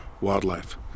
wildlife